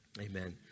Amen